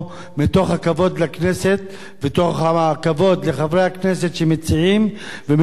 לכנסת ומתוך הכבוד לחברי הכנסת שמציעים ומתוך הכבוד לנושא.